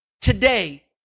Today